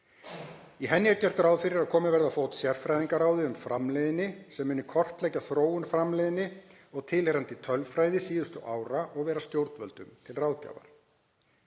Í henni er gert ráð fyrir að komið verði á fót sérfræðingaráði um framleiðni sem muni kortleggja þróun framleiðni og tilheyrandi tölfræði síðustu ára og vera stjórnvöldum til ráðgjafar.